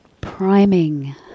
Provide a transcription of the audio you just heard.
priming